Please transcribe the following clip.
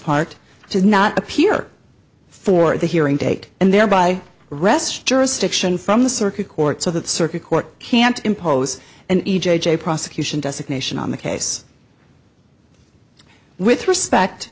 part does not appear for the hearing date and thereby rests jurisdiction from the circuit court so that circuit court can't impose an e j prosecution desiccation on the case with respect